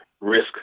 risk